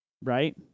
right